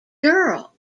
girl